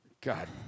God